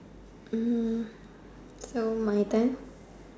Hm so my turn